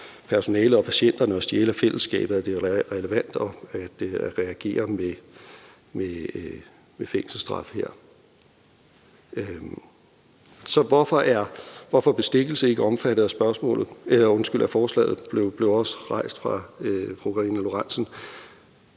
personalet og patienterne mod, at man stjæler af fællesskabet – at det her er relevant at reagere med fængselsstraf. Hvorfor er bestikkelse ikke omfattet af forslaget?